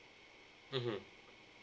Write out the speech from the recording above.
mmhmm